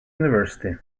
university